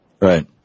Right